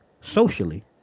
socially